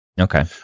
Okay